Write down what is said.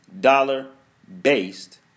dollar-based